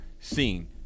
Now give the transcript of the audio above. seen